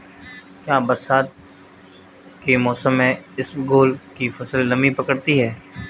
क्या बरसात के मौसम में इसबगोल की फसल नमी पकड़ती है?